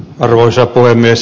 arvoisa puhemies